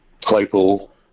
Claypool